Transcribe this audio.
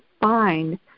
find